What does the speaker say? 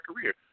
career